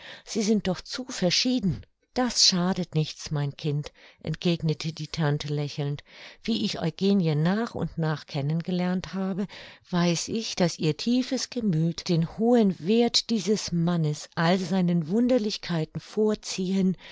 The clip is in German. sie sind doch zu verschieden das schadet nichts mein kind entgegnete die tante lächelnd wie ich eugenie nach und nach kennen gelernt habe weiß ich daß ihr tiefes gemüth den hohen werth dieses mannes all seinen wunderlichkeiten vorziehen